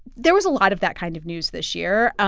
there was a lot of that kind of news this year.